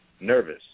nervous